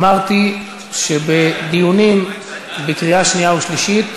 אמרתי שבדיונים בקריאה שנייה ושלישית,